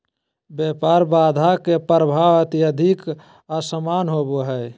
व्यापार बाधा के प्रभाव अत्यधिक असमान होबो हइ